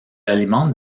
alimentent